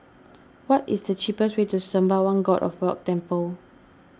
what is the cheapest way to Sembawang God of Wealth Temple